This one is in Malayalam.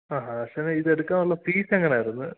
ആ ഹാ സാറെ ഇതെടുക്കാനുള്ള ഫീസ് എങ്ങനെയായിരുന്നു